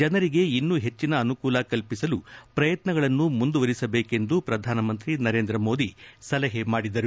ಜನರಿಗೆ ಇನ್ನೂ ಹೆಚ್ಚಿನ ಅನುಕೂಲ ಕಲ್ಪಿಸಲು ಪ್ರಯತ್ನಗಳನ್ನು ಮುಂದುವರೆಸಬೇಕೆಂದು ಪ್ರಧಾನಮಂತ್ರಿ ನರೇಂದ್ರ ಮೋದಿ ಸಲಹೆ ಮಾಡಿದರು